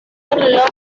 when